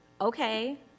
Okay